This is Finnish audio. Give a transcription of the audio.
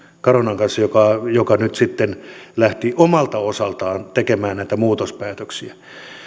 carunan kanssa joka joka nyt sitten lähti omalta osaltaan tekemään näitä muutospäätöksiä